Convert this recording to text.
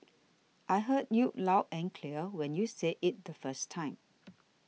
I heard you loud and clear when you said it the first time